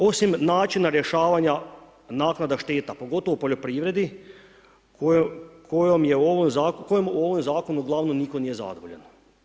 Osim načina rješavanja naknada šteta pogotovo u poljoprivredi kojom u ovom zakonu uglavnom nitko nije zadovoljan.